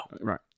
Right